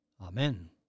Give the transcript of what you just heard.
Amen